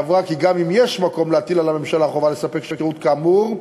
סברה כי גם אם יש מקום להטיל על הממשלה חובה לתת שירות כאמור,